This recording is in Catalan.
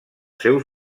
seus